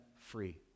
free